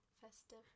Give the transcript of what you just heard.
festive